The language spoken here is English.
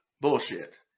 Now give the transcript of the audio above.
Bullshit